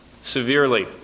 severely